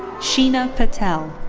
sheena patel.